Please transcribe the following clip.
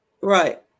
Right